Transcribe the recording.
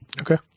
Okay